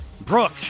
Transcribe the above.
Brooke